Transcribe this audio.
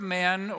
men